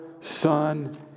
son